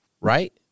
right